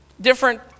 different